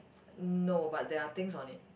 no but there are things on it